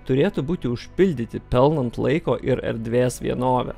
turėtų būti užpildyti pelnant laiko ir erdvės vienovę